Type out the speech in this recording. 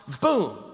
Boom